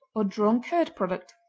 or drawn-curd product.